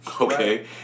okay